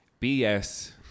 BS